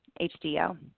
HDO